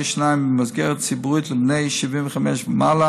שיניים במסגרת ציבורית לבני 75 ומעלה,